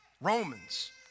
Romans